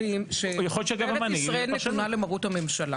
משטרת ישראל נתונה למרות הממשלה.